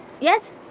Yes